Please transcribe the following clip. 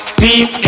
deep